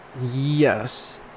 yes